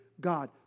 God